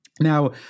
Now